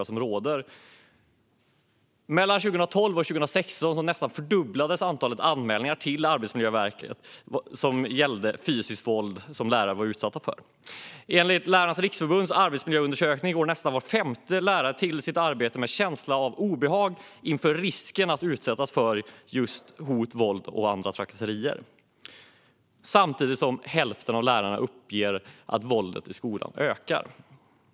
Mellan 2012 och 2016 nästan fördubblades antalet anmälningar om fysiskt våld mot lärare till Arbetsmiljöverket. Enligt Lärarnas Riksförbunds arbetsmiljöundersökning går nästan var femte lärare till sitt arbete med en känsla av obehag inför risken att utsättas för just hot, våld och andra trakasserier. Samtidigt uppger hälften av lärarna att våldet i skolan ökar.